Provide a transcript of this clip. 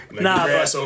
Nah